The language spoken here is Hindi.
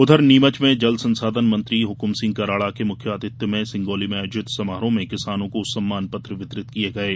उधर नीमच में जल संसाधन मंत्री हुकुम सिह कराड़ा के मुख्य आतिथ्य में सिंगोली में आयोजित समारोह में किसानों को सम्मान पत्र वितरित किये गये